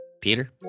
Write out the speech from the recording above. Peter